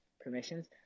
permissions